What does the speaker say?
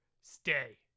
stay